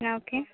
ആ ഓക്കെ